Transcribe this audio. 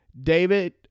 david